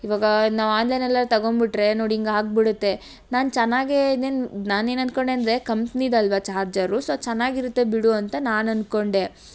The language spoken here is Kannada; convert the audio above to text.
ಇವಾಗ ನಾವು ಆನ್ಲೈನಲ್ಲೆ ತಗೊಂಬಿಟ್ರೆ ನೋಡಿ ಹಿಂಗಾಗ್ಬಿಡುತ್ತೆ ನಾನು ಚೆನ್ನಾಗೇ ಇನ್ನೇನ್ ನಾನೇನು ಅನ್ಕೊಂಡೆ ಅಂದರೆ ಕಂಪ್ನಿದಲ್ಲವಾ ಚಾರ್ಜರು ಸೊ ಚೆನ್ನಾಗಿರುತ್ತೆ ಬಿಡು ಅಂತ ನಾನು ಅನ್ಕೊಂಡೆ